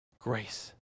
grace